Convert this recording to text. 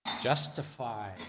Justify